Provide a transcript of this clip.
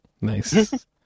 Nice